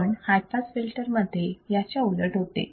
पण high pass filter मध्ये याच्या उलट होते